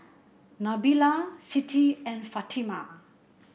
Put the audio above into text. Nabila Siti and Fatimah